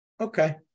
Okay